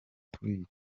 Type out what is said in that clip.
kubica